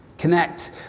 connect